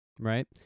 Right